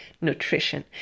nutrition